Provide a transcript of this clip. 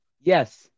yes